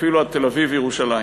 אפילו עד תל-אביב וירושלים.